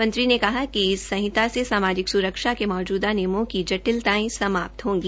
मंत्री ने कहा कि इस संहिता से सामाजिक सुरक्षा के मौजूदा नियमों की जटिलतायें समाप्त होगी